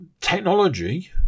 technology